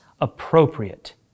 appropriate